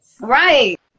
Right